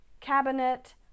cabinet